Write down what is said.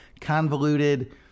convoluted